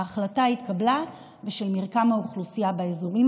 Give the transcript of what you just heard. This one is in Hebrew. ההחלטה התקבלה בשל מרקם האוכלוסייה באזורים